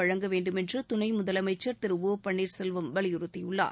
வழங்க வேண்டுமென்று துணை முதலமைச்சர் திரு ஆபன்னீர்செல்வம் வலியுறுத்தியுள்ளார்